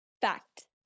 fact